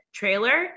trailer